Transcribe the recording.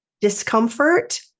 discomfort